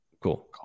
Cool